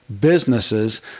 businesses